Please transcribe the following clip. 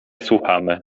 słuchamy